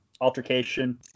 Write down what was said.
altercation